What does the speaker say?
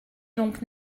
donc